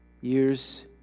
years